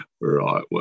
Right